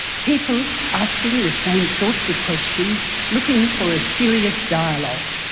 people asking the same sorts of questions, looking for a serious dialogue.